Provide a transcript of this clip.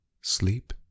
sleep